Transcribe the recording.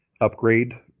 Upgrade